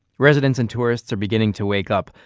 residents and tourists are beginning to wake up,